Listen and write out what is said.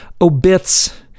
Obits